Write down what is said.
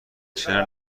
چرا